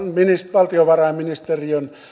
valtiovarainministeriön